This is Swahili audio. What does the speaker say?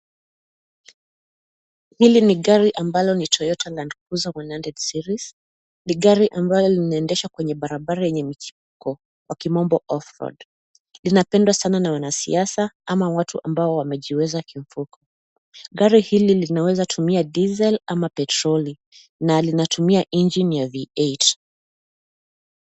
Hili ni gari ambalo ni Toyota Landcrusier series . Ni gari ambalo linaondeshwa kwenye barabara ya michuko kwa kimombo off road . Ina pendwa sana na wanasiasa ama watu ambao wanajiweza kimfuko. Gari hili linaweza tumia [cs[diesel ama petroli na linatumia engine ya V8.